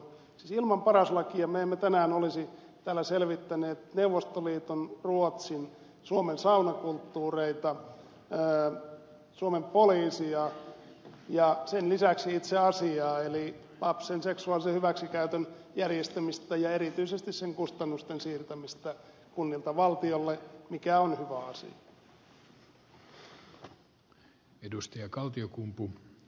ilman paras lakia me emme tänään olisi täällä selvittäneet neuvostoliiton ruotsin suomen saunakulttuureita suomen poliisia ja sen lisäksi itse asiaa eli lapsen seksuaalisen hyväksikäytön järjestämistä ja erityisesti sen kustannusten siirtämistä kunnilta valtiolle mikä on hyvä asia